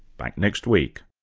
back next week